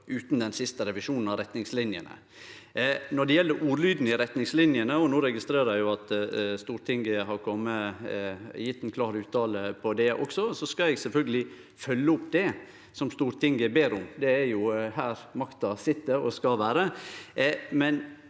utan den siste revisjonen av retningslinjene. Når det gjeld ordlyden i retningslinjene – og no registrerer eg at Stortinget har gjeve ei klar uttale om det også – skal eg sjølvsagt fylgje opp det som Stortinget ber om. Det er jo her makta sit og skal vere.